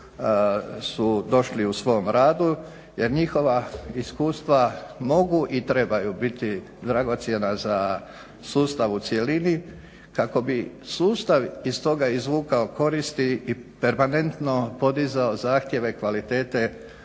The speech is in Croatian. su došli u svom radu jer njihova iskustva mogu i trebaju biti dragocjena za sustav u cjelini kako bi sustav iz toga izvukao koristi i permanentno podizao zahtjeve kvalitete